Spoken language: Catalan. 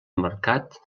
mercat